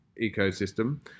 ecosystem